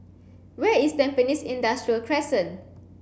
where is Tampines Industrial Crescent